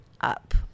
up